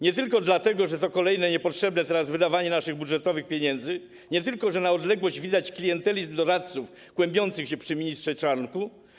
Nie tylko dlatego, że to kolejne niepotrzebne teraz wydawanie naszych budżetowych pieniędzy, nie tylko dlatego, że na odległość widać klientelę doradców kłębiących się przy ministrze Czarnku.